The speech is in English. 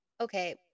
Okay